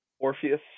Orpheus